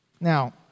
Now